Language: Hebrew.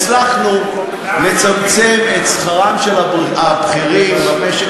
הצלחנו לצמצם את שכרם של הבכירים במשק